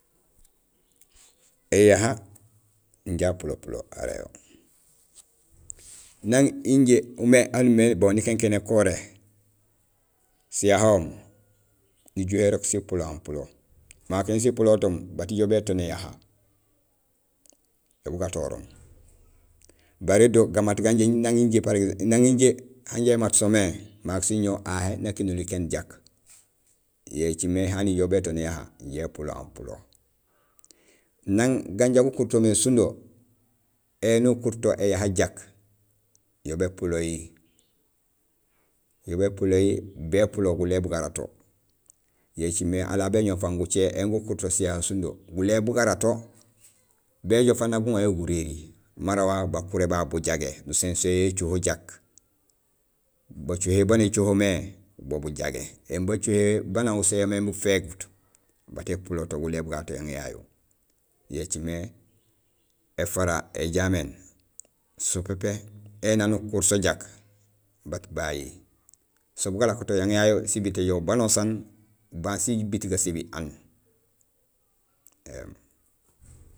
Éyaha inja apulopulo ara yo nang injé umé aan umimé bon nikinkéén ékoré, siyahoom nijuhé irok sipulohaam pulo marok éni sipulohutoom baat ijoow bétoon éyaha, yo bu gatoroom. Baré do gamaat ganjé nang injé par exemple nang injé anja imaat so mé marok siñoow ahé nakénoli kéén jak yo écimé hani ijoow bétoon éyaha inja épulohaam pulo. Nang ganja gukuur to mé sindo, éni ukuur to éyaha jak yo bépulohi. Yo bépulohi, bépulo gulé gara to yo écimé alaal béñoow fang gucé éni gukuur to siyaha sindo gulé bugara to béjoow fang nak guŋa yo guréri mara wa bakuré babu bujagé, nusinsinjo écoho jak, bacohowé baan écoho mé bo bujagé éni bacohohé baa usin yo mé bufégut bat épulo to gulé bugato yang yayu yo écimé éfara, éjaméén so pépé éni aan ukuur so jak bat bayi so bugalakoto yang yayu si biit éyoow baan nusaan baan dsibiit gasébi aan éém.